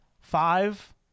Five